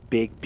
Big